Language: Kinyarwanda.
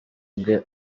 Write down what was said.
bwe